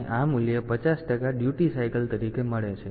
તેથી તમને આ મૂલ્ય 50 ટકા ડ્યુટી ચક્ર તરીકે મળે છે